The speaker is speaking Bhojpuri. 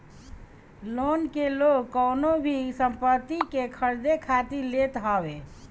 लोन के लोग कवनो भी संपत्ति के खरीदे खातिर लेत हवे